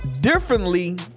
differently